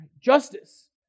Justice